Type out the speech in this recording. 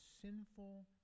sinful